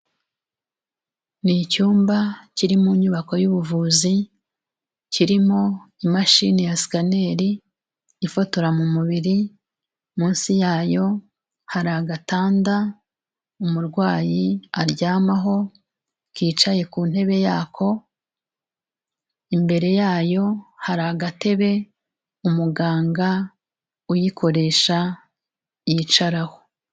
Ni icyumba kiri mu nyubako y'ubuvuzi, kirimo imashini ya scaner ifotora mu mubiri munsi yayo hari agatanda umurwayi aryamaho kicaye ku ntebe yako, imbere yayo hari agatebe umuganga uyikoresha yicaraho.